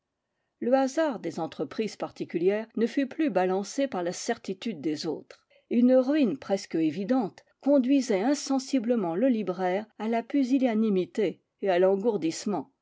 le hasard des entreprises particulières ne fut plus balancé par la certitude des autres et une ruine presque évidente conduisait insensiblement le libraire à la pusillanimité et à l'engourdissement